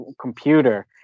computer